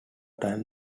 time